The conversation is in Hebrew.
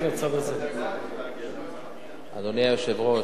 אדוני היושב-ראש,